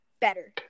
better